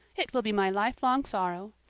it will be my lifelong sorrow.